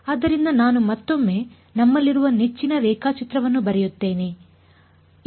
ಆದ್ದರಿಂದ ನಾನು ಮತ್ತೊಮ್ಮೆ ನಮ್ಮಲ್ಲಿರುವ ನೆಚ್ಚಿನ ರೇಖಾಚಿತ್ರವನ್ನು ಬರೆಯುತ್ತೇನೆ ಸರಿ